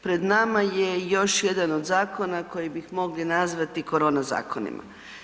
Pred nama je još jedan od zakona koje bi mogli nazvati korona zakonom.